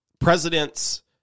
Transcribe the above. president's